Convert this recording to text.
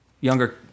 Younger